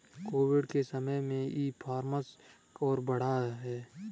Covid के समय में ई कॉमर्स और बढ़ा है